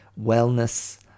wellness